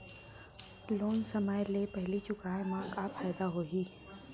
Loan समय ले पहिली चुकाए मा का फायदा होही?